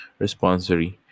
Responsory